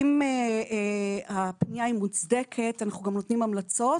אם הפנייה היא מוצדקת, אנחנו גם נותנים המלצות,